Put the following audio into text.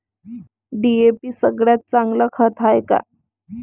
DAP सगळ्यात चांगलं खत हाये का?